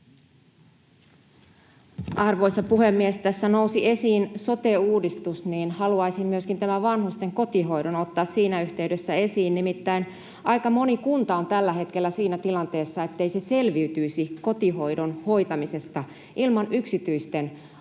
Arvoisa puhemies! Tässä kun nousi esiin sote-uudistus, niin haluaisin myöskin tämän vanhusten kotihoidon ottaa siinä yhteydessä esiin. Nimittäin aika moni kunta on tällä hetkellä siinä tilanteessa, ettei se selviytyisi kotihoidon hoitamisesta ilman yksityisten